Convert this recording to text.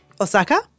Osaka